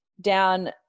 down